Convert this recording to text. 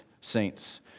saints